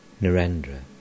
Narendra